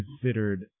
considered